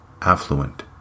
affluent